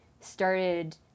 started